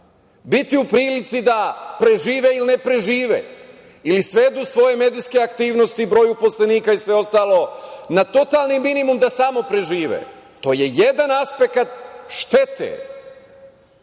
biti u prilici da prežive ili ne prežive ili svedu svoje medijske aktivnosti broju uposlenika i sve ostalo na totalni minimum da samo prežive, to je jedan aspekat štete.